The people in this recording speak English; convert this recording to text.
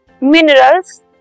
minerals